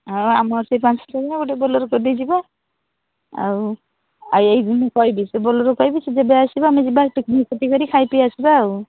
ଆଉ ଆମର ସେ ପାଞ୍ଚ ଛଅ ଜଣ ଗୋଟେ ବୋଲେରୋ କରିଦେଇ ଯିବା ଆଉ ମୁଁ କହିବି ସେ ବୋଲେରୋକୁ କହିବି ସେ ଯେବେ ଆସିବ ଆମେ ଯିବା ପିକ୍ନିକ୍ ସେଠି କରି ଖାଇ ପି ଆସିବା ଆଉ